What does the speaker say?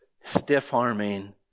stiff-arming